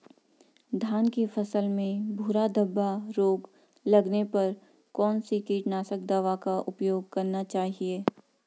धान की फसल में भूरा धब्बा रोग लगने पर कौन सी कीटनाशक दवा का उपयोग करना चाहिए?